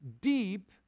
deep